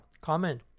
Comment